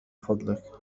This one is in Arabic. فضلك